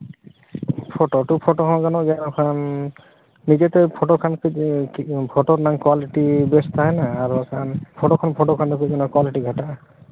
photo to photo ᱦᱚᱸ ᱜᱟᱱᱚᱜ ᱜᱮᱭᱟ ᱟᱨ ᱠᱷᱟᱱ ᱱᱤᱡᱮᱛᱮ ᱯᱷᱳᱴᱳ ᱠᱷᱟᱱ ᱫᱚ ᱯᱷᱳᱴᱳ ᱨᱮᱱᱟᱜ ᱠᱳᱣᱟᱞᱤᱴᱤ ᱵᱮᱥ ᱛᱟᱦᱮᱱᱟ ᱟᱨ ᱵᱟᱠᱷᱟᱱ ᱯᱷᱳᱴᱳ ᱠᱷᱚᱱ ᱯᱷᱳᱴᱳ ᱫᱚ ᱯᱷᱳᱴᱳ ᱫᱚ ᱠᱳᱣᱟᱞᱤᱴᱤ ᱜᱷᱟᱴᱟᱜᱼᱟ